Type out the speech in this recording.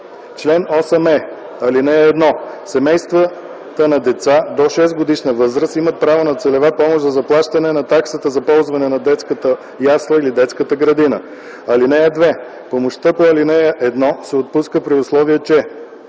чл. 8е: „Чл. 8е. (1) Семействата на деца до 6-годишна възраст имат право на целева помощ за заплащане на таксата за ползване на детската ясла или детската градина. (2) Помощта по ал. 1 се отпуска при условие, че: